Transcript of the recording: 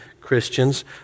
Christians